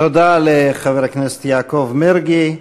לחבר הכנסת יעקב מרגי.